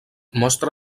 mostra